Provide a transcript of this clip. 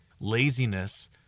Laziness